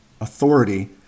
authority